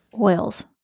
oils